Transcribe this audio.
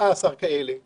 רופאים